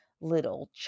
little